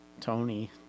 Tony